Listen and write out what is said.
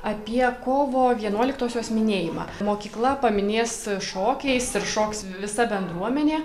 apie kovo vienuoliktosios minėjimą mokykla paminės šokiais ir šoks visa bendruomenė